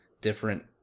different